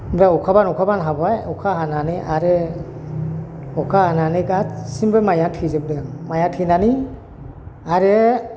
ओमफ्राय अखाबान अखाबान हाबाय अखा हानानै आरो अखा हानानै गासैनिबो माइआ थैजोबदों माइआ थैनानै आरो